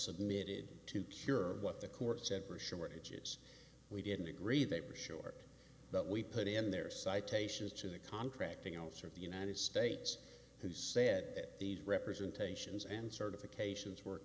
submitted to cure what the court's ever shortages we didn't agree they were short but we put in their citations to the contracting else or of the united states who said that these representations and certifications w